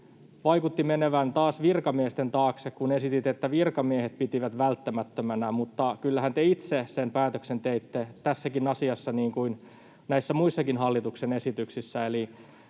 vaikutti menevän taas virkamiesten taakse: esititte, että virkamiehet pitivät välttämättömänä, mutta kyllähän te itse sen päätöksen teitte tässäkin asiassa, niin kuin näissä muissakin hallituksen esityksissä.